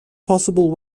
possible